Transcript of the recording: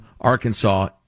Arkansas